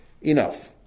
Enough